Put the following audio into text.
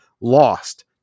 lost